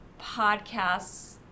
podcasts